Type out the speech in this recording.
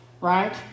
Right